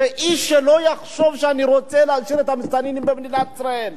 איש לא יחשוב שאני רוצה להשאיר את המסתננים במדינת ישראל.